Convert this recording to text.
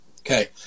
Okay